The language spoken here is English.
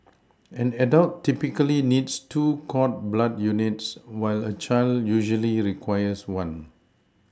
an adult typically needs two cord blood units while a child usually requires one